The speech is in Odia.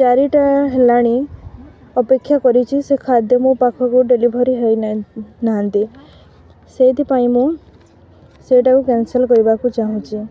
ଚାରିଟା ହେଲାଣି ଅପେକ୍ଷା କରିଛି ସେ ଖାଦ୍ୟ ମୋ ପାଖକୁ ଡ଼େଲିଭରି ହୋଇନାଇଁ ନାହାନ୍ତି ସେଇଥିପାଇଁ ମୁଁ ସେଇଟାକୁ କ୍ୟାନ୍ସଲ୍ କରିବାକୁ ଚାହୁଁଛି